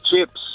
Chips